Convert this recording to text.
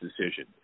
decision